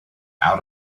out